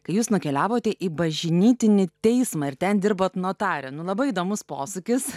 kai jūs nukeliavote į bažnytinį teismą ir ten dirbot notare nu labai įdomus posūkis